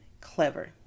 clever